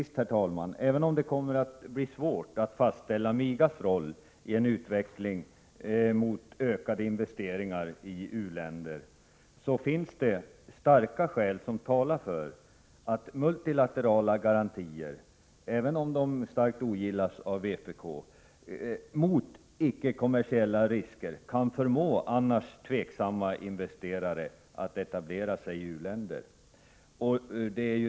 Slutligen: Även om det kommer att bli svårt att fastställa MIGA:s roll i en utveckling mot ökade investeringar i u-länder, så finns det starka skäl som talar för att multilaterala garantier — även om de starkt ogillas av vpk — när det gäller icke-kommersiella risker kan förmå annars tveksamma investerare att etablera sig i u-länder.